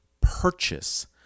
purchase